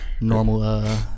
normal